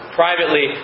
privately